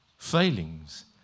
Failings